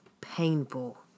painful